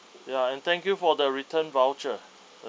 ya and thank you for the return voucher